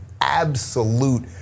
absolute